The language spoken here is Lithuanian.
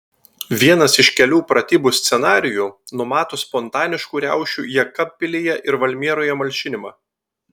vienas iš kelių pratybų scenarijų numato spontaniškų riaušių jekabpilyje ir valmieroje malšinimą